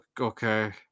Okay